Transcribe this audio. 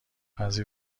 بعضی